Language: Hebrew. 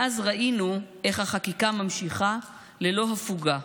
מאז ראינו איך החקיקה ממשיכה ללא הפוגה,